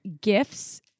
gifts